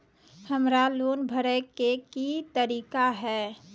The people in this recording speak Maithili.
हमरा लोन भरे के की तरीका है?